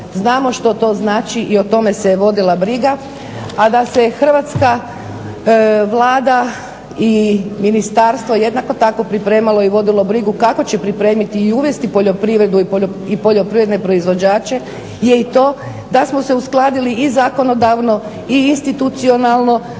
Znamo što to znači i o tome se vodila briga. A da se Hrvatska Vlada i ministarstvo jednako tako pripremalo i vodilo brigu kako će pripremiti i uvesti poljoprivredu i poljoprivredne proizvođače je i to da smo se uskladili i zakonodavno i institucionalno.